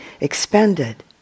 expended